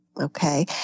Okay